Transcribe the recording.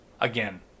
Again